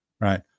Right